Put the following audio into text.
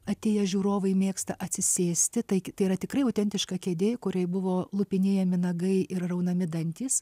atėję žiūrovai mėgsta atsisėsti taigi tai yra tikrai autentiška kėdė kurioj buvo lupinėjami nagai ir raunami dantys